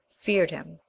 feared him.